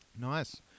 Nice